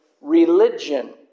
religion